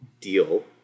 Deal